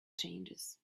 changes